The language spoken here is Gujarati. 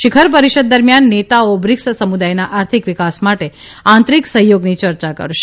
શિખર પરિષદ દરમિથાન નેતાઓ બ્રિકસ સમુદાયના આર્થિક વિકાસ માટે આંતરિક સહયોગની ચર્ચા કરશે